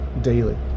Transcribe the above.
daily